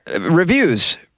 reviews